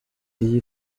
iyi